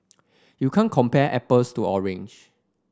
you can't compare apples to orange